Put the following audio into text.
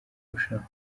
kurushaho